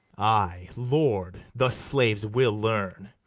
ay, lord thus slaves will learn.